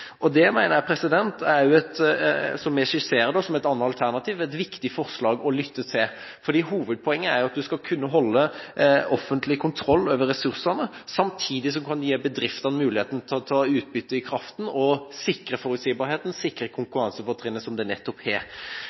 Det mener jeg er, som vi skisserer det, og som et annet alternativ, et viktig forslag å lytte til, fordi hovedpoenget er at du skal kunne holde offentlig kontroll over ressursene samtidig som du kan gi bedriftene muligheten til å ta utbytte i kraft og sikre forutsigbarheten, sikre konkurransefortrinnet som de har.